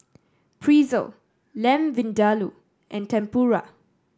Pretzel Lamb Vindaloo and Tempura